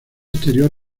exterior